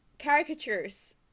Caricatures